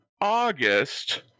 August